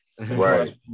right